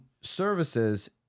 services